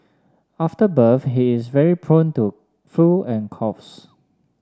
after birth he is very prone to flu and coughs